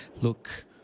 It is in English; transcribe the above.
Look